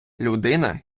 людина